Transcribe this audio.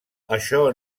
això